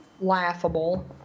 laughable